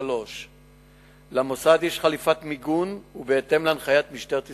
3. למוסד יש חליפת מיגון בהתאם להנחיות משטרת ישראל,